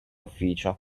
ufficio